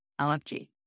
LFG